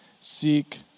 seek